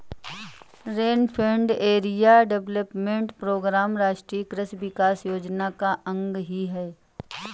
rainfed area development programme राष्ट्रीय कृषि विकास योजना का अंग ही है